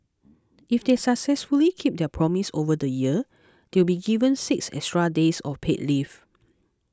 if they successfully keep their promise over the year they'll be given six extra days of paid leave